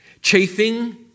Chafing